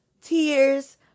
tears